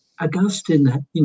Augustine